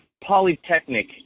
Polytechnic